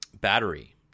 Battery